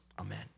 amen